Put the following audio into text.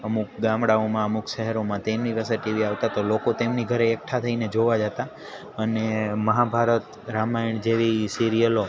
અમુક ગામડાઓમાં અમુક શહેરોમાં તેમની પાસે ટીવી આવતા તો લોકો તેમની ઘરે એકઠા થઈને જોવા જાતા અને મહાભારત રામાયણ જેવી સિરિયલો